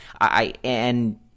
I—and—